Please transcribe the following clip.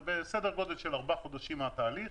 זה סדר גודל של ארבעה חודשים מהתהליך.